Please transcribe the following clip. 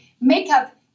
makeup